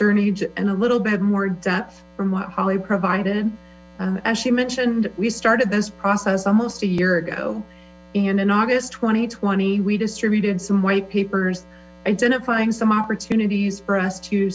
journey and a little bit more depth from what holly provided as she mentioned we started this process almost a year ago and in august two thousand and twenty we distributed some white papers identifying some opportunities for us to